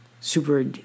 Super